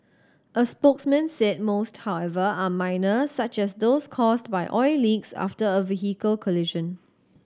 a spokesman said most however are minor such as those caused by oil leaks after a vehicle collision